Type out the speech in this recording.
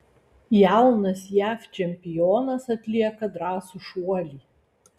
jaunas jav čempionas atlieka drąsų šuolį